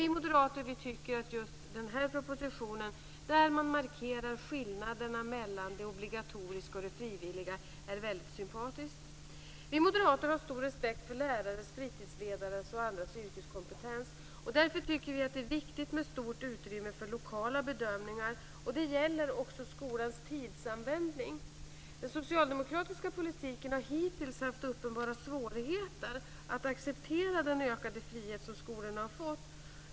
Vi moderater tycker att just den här propositionen, där man markerar skillnaderna mellan det obligatoriska och det frivilliga, är väldigt sympatisk. Vi moderater har stor respekt för lärares, fritidsledares och andras yrkeskompetens. Därför tycker vi att det är viktigt med stort utrymme för lokala bedömningar. Det gäller också skolans tidsanvändning. Den socialdemokratiska politiken har hittills haft uppenbara svårigheter att acceptera den ökade frihet som skolorna har fått.